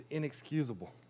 inexcusable